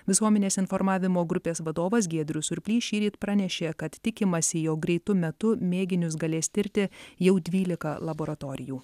visuomenės informavimo grupės vadovas giedrius surplys šįryt pranešė kad tikimasi jog greitu metu mėginius galės tirti jau dvylika laboratorijų